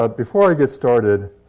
but before i get started,